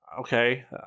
Okay